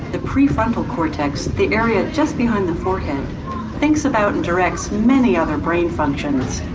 the prefrontal cortex the area just behind the forehead thinks about and directs many other brain functions.